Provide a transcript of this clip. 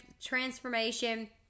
transformation